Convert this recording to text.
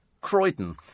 Croydon